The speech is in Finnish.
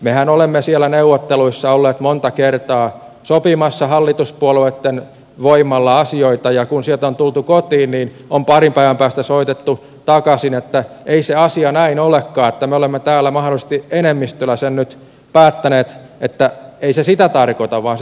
mehän olemme siellä neuvotteluissa olleet monta kertaa sopimassa hallituspuolueitten voimalla asioita ja kun sieltä on tultu kotiin niin parin päivän päästä on soitettu takaisin että ei se asia näin olekaan että me olemme täällä mahdollisesti enemmistöllä sen nyt päättäneet ei se sitä tarkoita vaan se tarkoittaa tätä